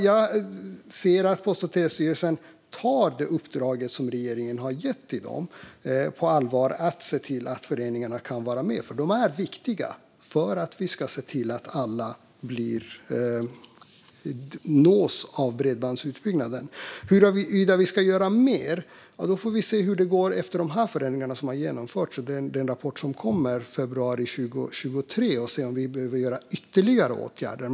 Jag ser att Post och telestyrelsen tar det uppdrag som regeringen gett till dem på allvar när det gäller att se till att föreningarna kan vara med, för de är viktiga för att vi ska se till att alla nås av bredbandsutbyggnaden. Huruvida vi ska göra mer får vi se när vi vet hur det går för de föreningar som har genomfört detta och när rapporten kommer i februari 2023. Då får vi se om vi behöver vidta ytterligare åtgärder.